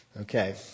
Okay